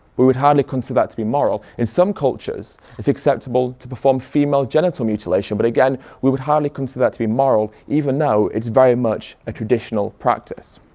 we would hardly consider that to be moral. in some cultures it's acceptable to perform female genital mutilation, but again we would hardly consider that to be moral even though it's very much a traditional practice.